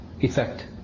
effect